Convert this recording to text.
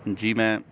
جی میں